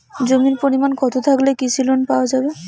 জমির পরিমাণ কতো থাকলে কৃষি লোন পাওয়া যাবে?